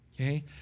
okay